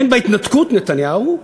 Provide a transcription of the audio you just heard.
הן בהתנתקות, נתניהו,